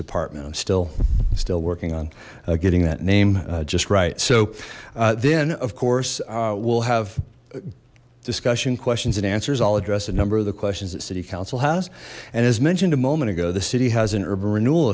department i'm still still working on getting that name just right so then of course we'll have discussion questions and answers i'll address a number of the questions that city council has and has mentioned a moment ago the city has an urban renewal